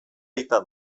aita